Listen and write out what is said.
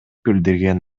билдирген